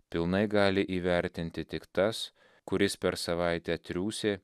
pilnai gali įvertinti tik tas kuris per savaitę triūsė